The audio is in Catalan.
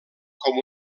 com